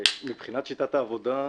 מבחינת שיטת העבודה,